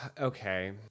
Okay